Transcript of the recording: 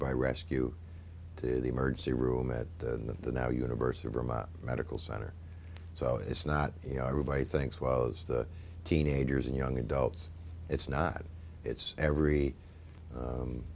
by rescue to the emergency room at the now university of vermont medical center so it's not you know everybody thinks well as the teenagers and young adults it's not it's every